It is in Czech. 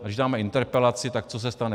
A když dáme interpelaci, co se stane?